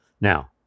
Now